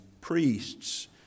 priests